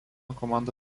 komanda